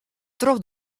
troch